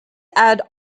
add